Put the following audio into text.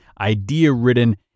idea-ridden